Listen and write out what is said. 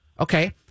Okay